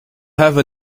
have